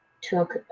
took